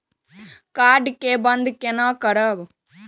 Card के बन्द केना करब?